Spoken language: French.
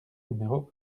numéro